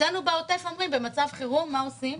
אצלנו בעוטף אומרים: במצב חירום מה עושים?